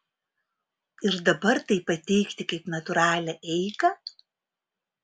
ir dabar tai pateikti kaip natūralią eigą